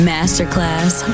Masterclass